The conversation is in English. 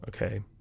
okay